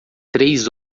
três